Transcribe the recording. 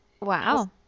Wow